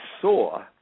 saw